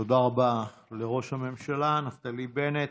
תודה רבה לראש הממשלה נפתלי בנט.